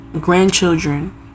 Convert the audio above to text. grandchildren